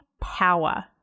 power